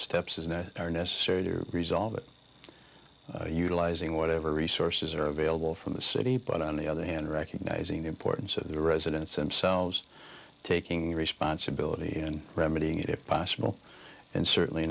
that are necessary to resolve it utilizing whatever resources are available from the city but on the other hand recognizing the importance of the residents themselves taking responsibility in remedying if possible and certainly